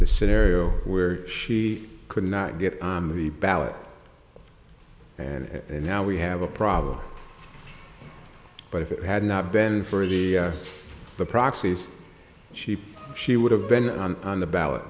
the scenario where she could not get on the ballot and now we have a problem but if it had not been for the the proxies she she would have been on the ballot